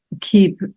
keep